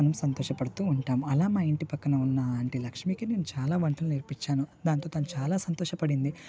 మనం సంతోషపడుతు ఉంటాం అలా మా ఇంటి పక్కన ఉన్న ఆంటీ లక్ష్మికి నేను చాలా వంటలు నేర్పించాను దాంతో తను చాలా సంతోషపడింది